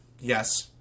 yes